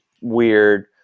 weird